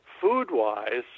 Food-wise